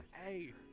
Hey